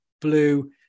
blue